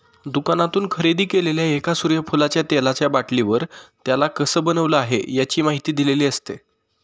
दुकानातून खरेदी केलेल्या एका सूर्यफुलाच्या तेलाचा बाटलीवर, त्याला कसं बनवलं आहे, याची माहिती दिलेली असते